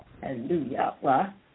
Hallelujah